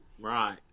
right